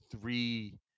three